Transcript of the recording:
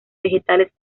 vegetales